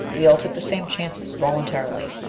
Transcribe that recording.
we all took the same chances voluntarily.